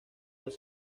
dos